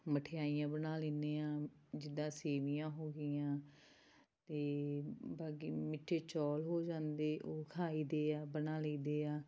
ਮਠਿਆਈਆਂ ਬਣਾ ਲੈਂਦੇ ਹਾਂ ਜਿੱਦਾਂ ਸੇਵੀਆਂ ਹੋ ਗਈਆਂ ਅਤੇ ਬਾਕੀ ਮਿੱਠੇ ਚੌਲ ਹੋ ਜਾਂਦੇ ਉਹ ਖਾਈ ਦੇ ਆ ਬਣਾ ਲਈ ਦੇ ਆ